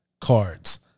cards